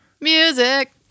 music